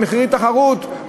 במחירי תחרות,